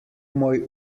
moj